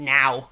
now